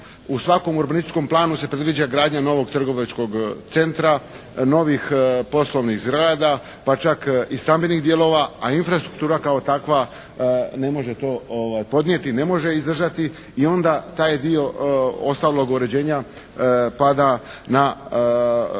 u svakom urbanističkom planu se predviđa gradnja novog trgovačkog centra, novih poslovnih zgrada pa čak i stambenih dijelova. A infrastruktura kao takva ne može to podnijeti, ne može izdržati. I onda taj dio ostalog uređenja pada na